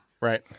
Right